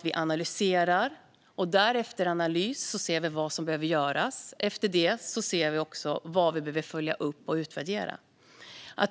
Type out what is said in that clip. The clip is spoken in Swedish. Vi analyserar, och efter analys ser vi vad som behöver göras. Efter det ser vi också vad vi behöver följa upp och utvärdera.